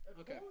Okay